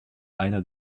einer